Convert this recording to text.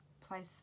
place